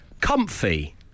Comfy